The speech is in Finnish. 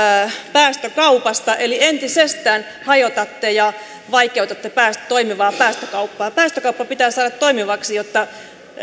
päästökaupasta eli entisestään hajotatte ja vaikeutatte toimivaa päästökauppaa päästökauppa pitää saada toimivaksi jotta